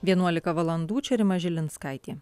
vienuolika valandų čia rima žilinskaitė